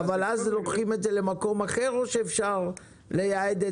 אבל אז לוקחים את זה למקום אחר או שאפשר לייעד את